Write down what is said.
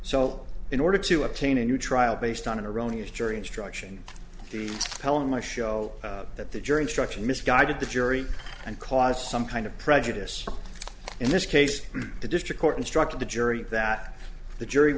so in order to obtain a new trial based on an erroneous jury instruction the hell in my show that the jury instruction misguided the jury and cause some kind of prejudice in this case the district court instructed the jury that the jury